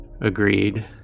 agreed